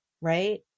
right